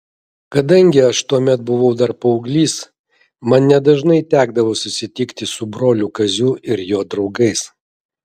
kadangi aš tuomet buvau dar paauglys man nedažnai tekdavo susitikti su broliu kaziu ir jo draugais